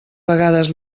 vegades